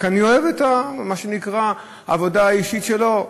רק שאני אוהב את מה שנקרא העבודה האישית שלו.